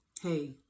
hey